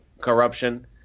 corruption